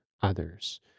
others